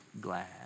glad